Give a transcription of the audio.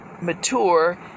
mature